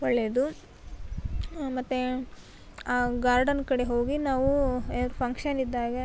ಒಳ್ಳೆಯದು ಮತ್ತು ಆ ಗಾರ್ಡನ್ ಕಡೆ ಹೋಗಿ ನಾವು ಏನಾದರೂ ಫಂಕ್ಷನ್ ಇದ್ದಾಗ